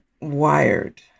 wired